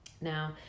Now